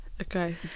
Okay